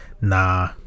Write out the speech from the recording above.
Nah